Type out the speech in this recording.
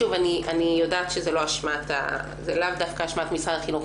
שוב, אני יודעת שזה לאו דווקא אשמת משרד החינוך.